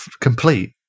complete